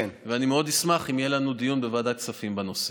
אני מאוד אשמח אם יהיה לנו דיון בוועדת הכספים בנושא.